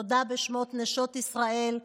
תודה בשם נשות ישראל,